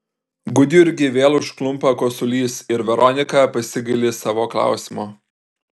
gudjurgį vėl užklumpa kosulys ir veronika pasigaili savo klausimo